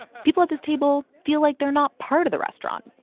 people at this table feel like they're not part of the restaurant.